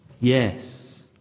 yes